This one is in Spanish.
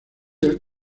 del